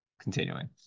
continuing